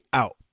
out